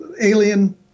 Alien